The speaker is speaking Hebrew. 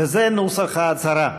וזה נוסח ההצהרה: